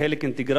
כנראה,